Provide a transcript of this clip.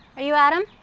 are you adam?